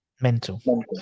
Mental